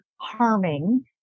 harming